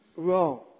Wrong